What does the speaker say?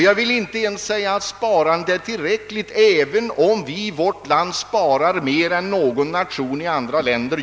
Jag vill inte heller säga att det nuvarande sparandet är tillräckligt, även om vi i vårt land sparar mer än man gör i något annat land.